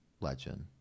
Legend